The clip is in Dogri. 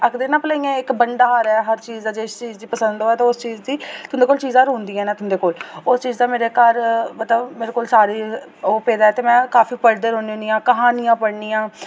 आखदे न भला इ'यां इक भंडारा ऐ हर चीज़ जिस चीज़ पसंद होऐ ते उस चीज़ दी तुं'दे कोल चीज़ां रौह्ंदियां न तुं'दे कोल उस चीज़ां मेरे घर मतलब मेरे कोल सारी ओह् पेदा ऐ ते में काफी पढ़दे रौह्न्नी होनी आं क्हानियां पढ़नी आं